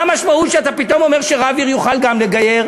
מה המשמעות שגם רב עיר יוכל לגייר?